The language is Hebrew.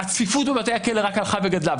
שהצפיפות בבתי הכלא רק הלכה וגדלה.